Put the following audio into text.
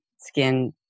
skin